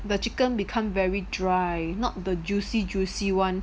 the chicken become very dry not the juicy juicy [one]